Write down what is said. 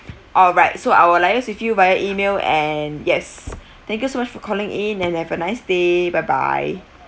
alright so I will liaise with you via email and yes thank you so much for calling in and have a nice day bye bye